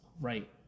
right